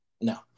No